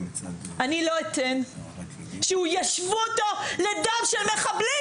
אני לא אתן שישוו אותו לדם של מחבלים,